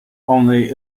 only